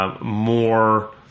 More